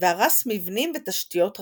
והרס מבנים ותשתיות רבים.